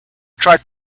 tried